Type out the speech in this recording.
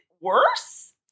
worse